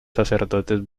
sacerdotes